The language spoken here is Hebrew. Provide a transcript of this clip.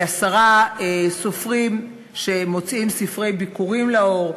לעשרה סופרים שמוציאים ספרי ביכורים לאור,